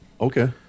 Okay